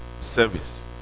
service